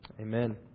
Amen